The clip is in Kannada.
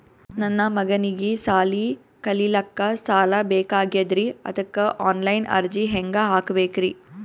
ನನ್ನ ಮಗನಿಗಿ ಸಾಲಿ ಕಲಿಲಕ್ಕ ಸಾಲ ಬೇಕಾಗ್ಯದ್ರಿ ಅದಕ್ಕ ಆನ್ ಲೈನ್ ಅರ್ಜಿ ಹೆಂಗ ಹಾಕಬೇಕ್ರಿ?